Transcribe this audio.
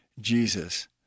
Jesus